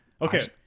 Okay